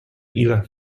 ile